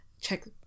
check